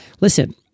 listen